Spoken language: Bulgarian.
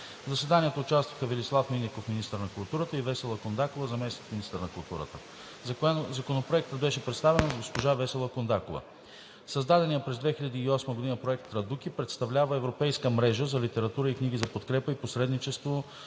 В заседанието участваха: Велислав Минеков – министър на културата, и Весела Кондакова – заместник-министър на културата. Законопроектът беше представен от госпожа Весела Кондакова. Създаденият през 2008 г. Проект „Традуки“ представлява Европейска мрежа за литература и книги за подкрепа и посредничество